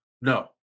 No